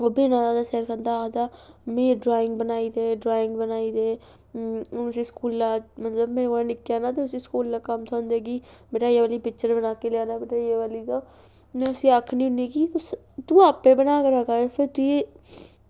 मेरा सिर खंदा मिगी ड्राईंग बनाई दे ड्राईंग बनाई दे हून उसी स्कूला मेरे कोला निक्का उसी स्कूल दा कम्म थ्होंदे बी ते में उसी बनान्ने कि तू उसी आपें बनाऽ फिर